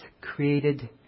created